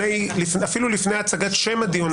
אפילו לפני הצגת שם הדיון,